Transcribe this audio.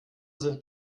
sind